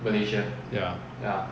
ya